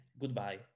goodbye